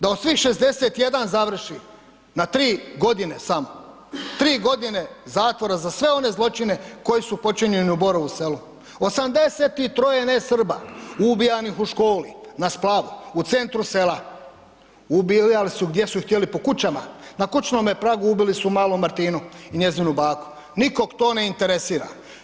Da od svih 61 završi na tri godine samo, tri godine zatvora za sve one zločine koji su počinjeni u Borovu selu, 83-je nesrba ubijanih u školi, na splavu, u centru Sela, ubijali su gdje su htjeli, po kućama, na kućnome pragu ubili su malu Martinu i njezinu baku, nikog to ne interesira.